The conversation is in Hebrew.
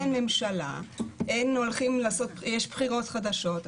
היו בחירות חדשות,